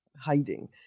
hiding